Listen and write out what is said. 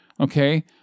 Okay